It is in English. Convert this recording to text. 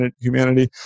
humanity